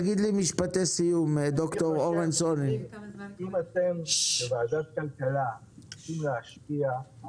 אם אתם כוועדת הכלכלה רוצים להשפיע,